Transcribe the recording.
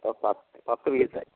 പത്ത് പത്ത് പീസായി